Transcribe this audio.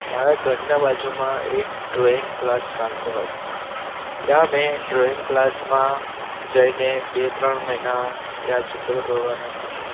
મારા ઘરના બાજુમાં એક ડ્રોઈંગ ક્લાસ ચાલતો હતો ત્યાં મેં ડ્રોઈંગ ક્લાસમાં જઈને બે ત્રણ મહિના ત્યાં ચિત્રો દોરવાના શીખ્યા